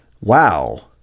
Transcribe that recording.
wow